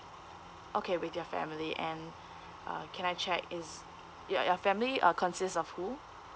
okay with your family and uh can I check is your your family uh consists of who